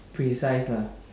precise lah